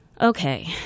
Okay